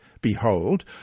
behold